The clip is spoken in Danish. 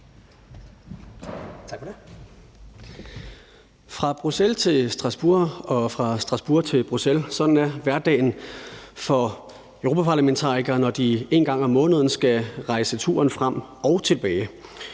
Fra Bruxelles til Strasbourg og fra Strasbourg til Bruxelles. Sådan er hverdagen for europaparlamentarikere, når de en gang om måneden skal rejse turen frem og tilbage.